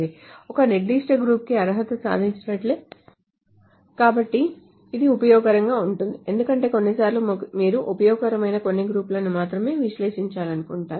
ఇది ఒక నిర్దిష్ట గ్రూప్ కి అర్హత సాధించినట్లే కాబట్టి ఇది ఉపయోగకరంగా ఉంటుంది ఎందుకంటే కొన్నిసార్లు మీరు ఉపయోగకరమైన కొన్ని గ్రూపులను మాత్రమే విశ్లేషించాలనుకుంటున్నారు